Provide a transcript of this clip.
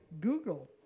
Google